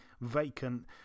vacant